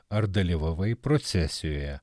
ar dalyvavai procesijoje